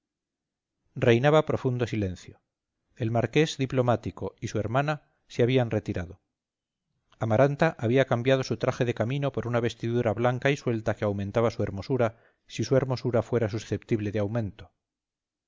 reinaba profundo silencio el marqués diplomático y su hermana se habían retirado amaranta había cambiado su traje de camino por una vestidura blanca y suelta que aumentaba su hermosura si su hermosura fuera susceptible de aumento